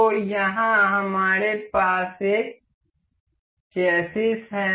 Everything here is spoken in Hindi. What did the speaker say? तो यहाँ हमारे पास एक चेसिस है